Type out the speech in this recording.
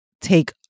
take